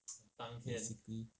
basically